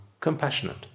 compassionate